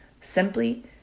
simply